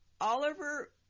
Oliver